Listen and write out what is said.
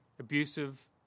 abusive